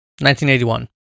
1981